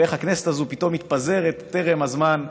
איך הכנסת הזאת פתאום מתפזרת טרם הזמן?